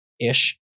ish